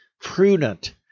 prudent